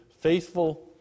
faithful